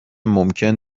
ممکن